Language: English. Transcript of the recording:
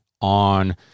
on